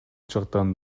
жактан